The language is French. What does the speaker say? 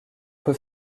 peut